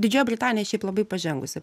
didžioji britanija šiaip labai pažengusi